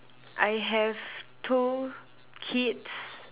I have two kids